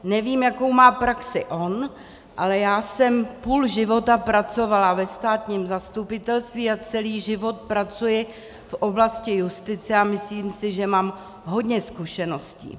Nevím, jakou má praxi on, ale já jsem půl života pracovala ve státním zastupitelství a celý život pracuji v oblasti justice a myslím si, že mám hodně zkušeností.